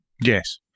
Yes